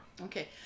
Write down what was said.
Okay